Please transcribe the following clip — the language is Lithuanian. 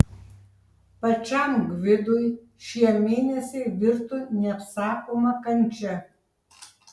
pačiam gvidui šie mėnesiai virto neapsakoma kančia